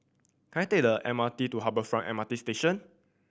can I take the M R T to Harbour Front M R T Station